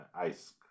ice